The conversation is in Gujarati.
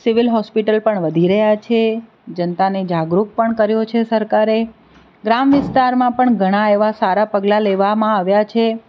સિવિલ હોસ્પિટલ પણ વધી રહ્યા છે જનતાને જાગરૂક પણ કર્યો છે સરકારે ગ્રામ વિસ્તારમાં પણ ઘણા એવા સારા પગલા લેવામાં આવ્યા છે